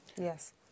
Yes